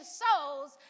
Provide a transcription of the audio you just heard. souls